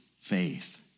faith